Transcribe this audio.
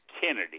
Kennedy